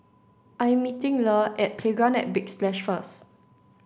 I'm meeting Le at Playground at Big Splash first